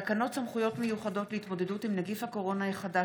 תקנות סמכויות מיוחדות להתמודדות עם נגיף הקורונה החדש